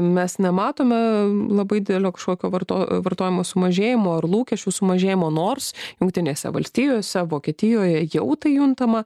mes nematome labai didelio kažkokio varto vartojimo sumažėjimo ar lūkesčių sumažėjimo nors jungtinėse valstijose vokietijoje jau tai juntama